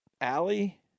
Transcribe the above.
Allie